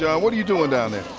yeah what are you doing down there?